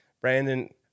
Brandon